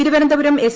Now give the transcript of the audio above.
Thiruvananthapuram S